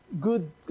good